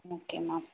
okay ma'am